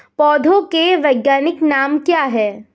पौधों के वैज्ञानिक नाम क्या हैं?